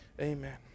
Amen